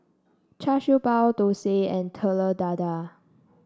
Char Siew Bao Dosa and Telur Dadah